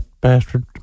Bastard